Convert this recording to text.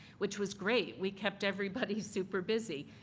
which was great. we kept everybody super busy,